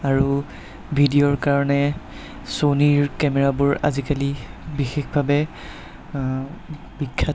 আৰু ভিডিঅ'ৰ কাৰণে চ'নিৰ কেমেৰাবোৰ আজিকালি বিশেষভাৱে বিখ্যাত